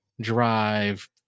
drive